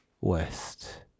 west